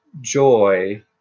joy